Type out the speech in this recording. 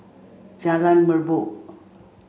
Jalan Merbok